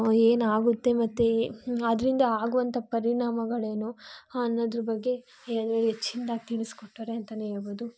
ಏನಾಗುತ್ತೆ ಮತ್ತು ಅದರಿಂದ ಆಗುವಂಥ ಪರಿಣಾಮಗಳೇನು ಅನ್ನೋದ್ರ ಬಗ್ಗೆ ಹೆಚ್ಚಿನ್ದಾಗಿ ತಿಳಿಸಿಕೊಟ್ಟವ್ರೆ ಅಂತಲೇ ಹೇಳ್ಬೌದು